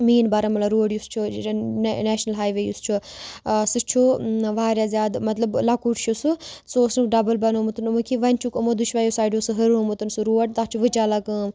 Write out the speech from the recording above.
main Baramulla road یُس چھُ national highway یُس چھُ سُہ چھُ واریاہ زیادٕ مطلب لۄکُٹ چھِ سُہ سُہ اوس نہٕ ڈَبٕل بنوومُت وٕنۍ کہِ وۄنۍ چھُکھ یِمو دٔشوَیو سایڈو سُہ ہُرنوومُت سُہ روڈ تَتھ چھُ وٕ چَلان کٲم